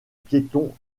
piétons